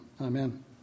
amen